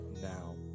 now